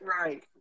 Right